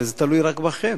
וזה תלוי רק בכם.